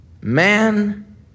Man